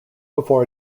before